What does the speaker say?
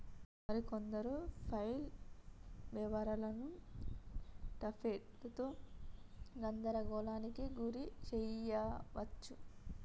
మరి కొందరు ఫ్లైల్ మోవరులను టాపెర్లతో గందరగోళానికి గురి శెయ్యవచ్చు